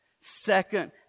second